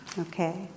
Okay